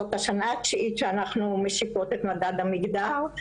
זאת השנה התשיעית שאנחנו משיקות את מדד המגדר,